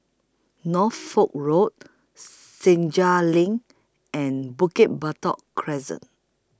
Norfolk Road Senja LINK and Bukit Batok Crescent